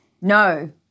No